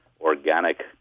organic